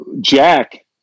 Jack